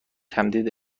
تمدید